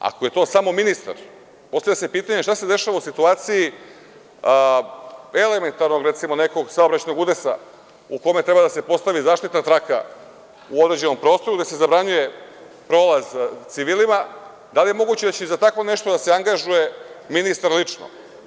Ako je to samo ministar, postavlja se pitanje - šta se dešava u situaciji, recimo, nekog elementarnog saobraćajnog udesa, u kome treba da se postavi zaštitna traka u određenom prostoru, gde se zabranjuje prolaz civilima, da li je moguće da će i za tako nešto da se angažuje ministar lično?